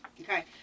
Okay